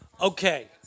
Okay